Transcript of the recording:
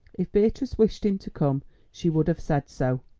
if beatrice wished him to come she would have said so,